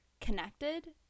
connected